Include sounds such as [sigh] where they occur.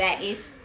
[breath]